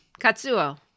Katsuo